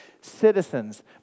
citizens